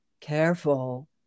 Careful